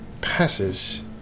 passes